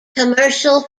commercial